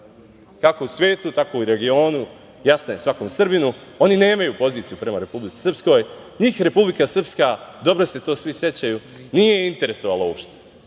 kako u svetu, tako u regionu, jasna je svakom Srbinu. Oni nemaju poziciju prema Republici Srpskoj. Njih Republika Srpska, dobro se to svi sećaju, nije interesovala uopšte.